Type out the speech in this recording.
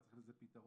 אבל צריך לזה פתרון,